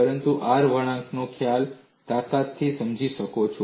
પરંતુ તમે R વળાંક ખ્યાલની તાકાતથી સમજાવી શકો છો